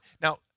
Now